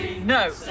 No